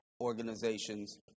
organizations